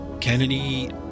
Kennedy